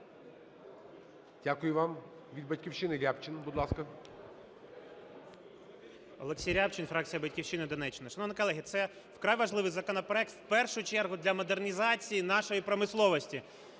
Дякую вам. Від "Батьківщини" Рябчин, будь ласка. 16:35:26 РЯБЧИН О.М. Олексій Рябчин, фракція "Батьківщина", Донеччина. Шановні колеги, це вкрай важливий законопроект, в першу чергу, для модернізації нашої промисловості.